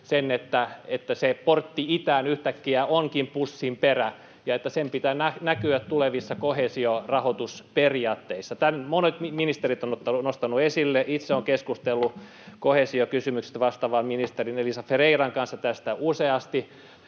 että se portti itään yhtäkkiä onkin pussinperä ja että sen pitää näkyä tulevissa koheesiorahoitusperiaatteissa. Tämän monet ministerit ovat nostaneet esille. Itse olen keskustellut koheesiokysymyksestä vastaavan komissaari Elisa Ferreiran kanssa tästä useasti,